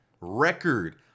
Record